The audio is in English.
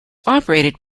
operated